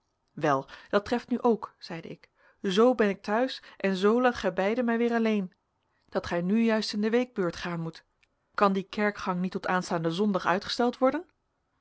wel dat treft nu k zeide ik z ben ik te huis en z laat gij beiden mij weer alleen dat gij nu juist in de weekbeurt gaan moet kan die kerkgang niet tot aanstaanden zondag uitgesteld worden